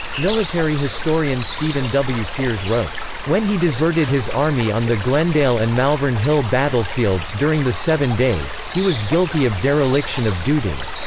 military historian stephen w. sears wrote, when he deserted his army on the glendale and malvern hill battlefields during the seven days, he was guilty of dereliction of duty.